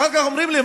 ואחר כך אומרים לי,